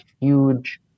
huge